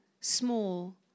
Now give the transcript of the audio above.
small